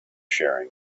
sharing